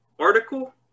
article